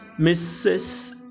Mrs